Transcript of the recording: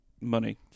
money